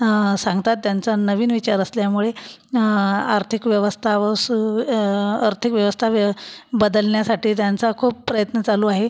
सांगतात त्यांचा नवीन विचार असल्यामुळे आर्थिक व्यवस्था व सु आर्थिक व्यवस्था बदलण्यासाठी त्यांचा खूप प्रयत्न चालू आहे